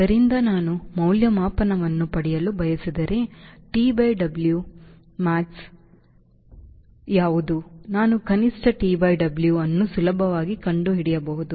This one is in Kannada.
ಆದ್ದರಿಂದ ನಾನು ಮೌಲ್ಯಮಾಪನವನ್ನು ಪಡೆಯಲು ಬಯಸಿದರೆ T by W ಕನಿಷ್ಟ ಯಾವುದು ನಾನು ಕನಿಷ್ಟ T by W ಅನ್ನು ಸುಲಭವಾಗಿ ಕಂಡುಹಿಡಿಯಬಹುದು